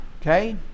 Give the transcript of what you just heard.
Okay